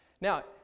Now